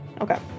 Okay